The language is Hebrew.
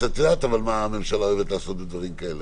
את יודעת מה הממשלה אוהבת לעשות עם דברים כאלה.